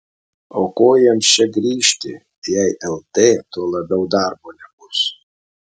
o ko jiems čia grįžti jei lt tuo labiau darbo nebus